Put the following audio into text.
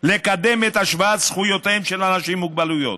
לקדם את השוואת זכויותיהם של אנשים עם מוגבלויות.